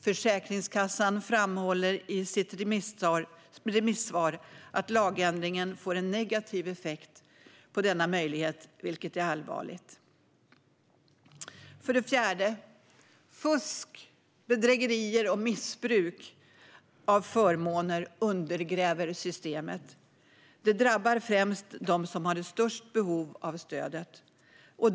Försäkringskassan framhåller i sitt remissvar att lagändringen får en negativ effekt på denna möjlighet, vilket är allvarligt. För det fjärde: Fusk, bedrägerier och missbruk av förmåner undergräver systemet. Det drabbar främst dem som har störst behov av stödet.